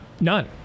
None